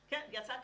כן, יצא ככה.